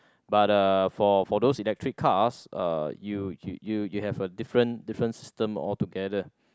but uh for for those electric cars uh you you you have a different different system altogether